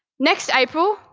next april,